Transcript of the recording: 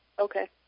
Okay